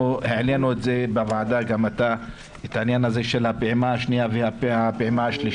העלנו בוועדה את העניין הזה של הפעימה השנייה והשלישית.